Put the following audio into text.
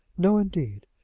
no, indeed.